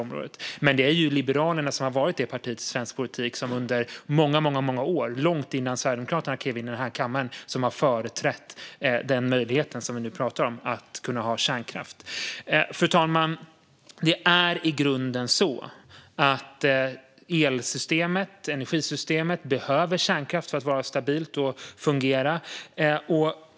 Men Liberalerna är det parti som under många år, långt innan Sverigedemokraterna klev in i kammaren, har företrätt den möjlighet vi nu pratar om: att ha kärnkraft. Fru talman! Det är i grunden så att energisystemet behöver kärnkraft för att vara stabilt och fungera.